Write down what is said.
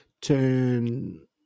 Turn